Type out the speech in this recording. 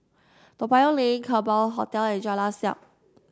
Toa Payoh Lane Kerbau Hotel and Jalan Siap